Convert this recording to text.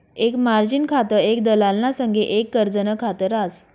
एक मार्जिन खातं एक दलालना संगे एक कर्जनं खात रास